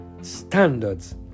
standards